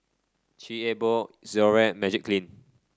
Chic A Boo Xorex Magiclean